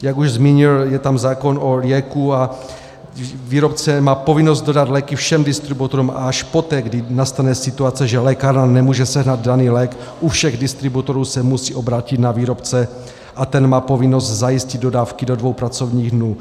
Jak už zmínil, je tam zákon o lieku a výrobce má povinnost dodat léky všem distributorům a až poté, kdy nastane situace, že lékárna nemůže sehnat daný lék u všech distributorů, se musí obrátit na výrobce a ten má povinnost zajistit dodávky do dvou pracovních dnů.